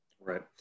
Right